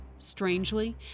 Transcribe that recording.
Strangely